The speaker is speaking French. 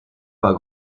pas